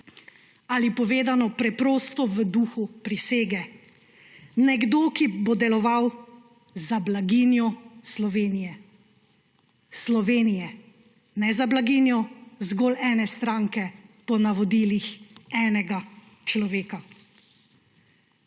Ali povedano preprosto, v duhu prisege: nekdo, ki bo deloval za blaginjo Slovenije – Slovenije, ne za blaginjo zgolj ene stranke po navodilih enega človeka.